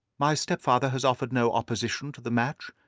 my stepfather has offered no opposition to the match,